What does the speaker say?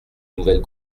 nouvelle